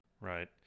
Right